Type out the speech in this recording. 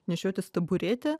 nešiotis taburetę